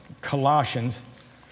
Colossians